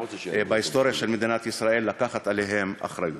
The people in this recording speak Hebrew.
בהיסטוריה של מדינת ישראל לקחת עליהם אחריות.